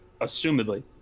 assumedly